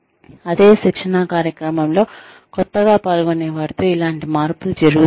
అదే శిక్షణా కార్యక్రమంలో కొత్తగా పాల్గొనే వారితో ఇలాంటి మార్పులు జరుగుతాయా